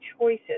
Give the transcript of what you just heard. choices